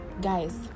guys